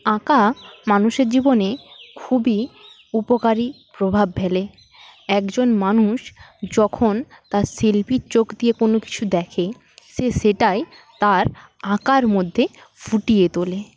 আঁকা মানুষের জীবনে খুবই উপকারী প্রভাব ফেলে একজন মানুষ যখন তার শিল্পীর চোখ দিয়ে কোনো কিছু দেখে সে সেটাই তার আঁকার মধ্যে ফুটিয়ে তোলে